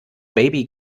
baby